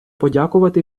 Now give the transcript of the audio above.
подякувати